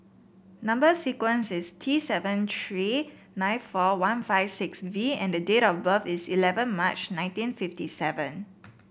number sequence is T seven three nine four one five six V and date of birth is eleven March nineteen fifty seven